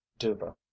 Duva